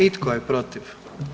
I tko je protiv?